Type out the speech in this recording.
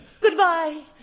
Goodbye